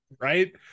right